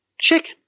Chicken